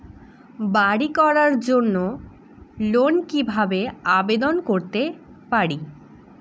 বাড়ি করার জন্য লোন কিভাবে আবেদন করতে পারি?